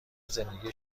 زندگی